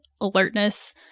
alertness